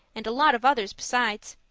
and a lot of others besides.